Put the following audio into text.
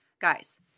Guys